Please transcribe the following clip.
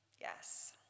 Yes